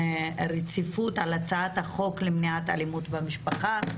רציפות על הצעת החוק למניעת אלימות במשפחה,